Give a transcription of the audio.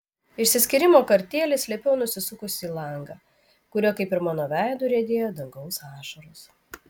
išsiskyrimo kartėlį slėpiau nusisukusi į langą kuriuo kaip ir mano veidu riedėjo dangaus ašaros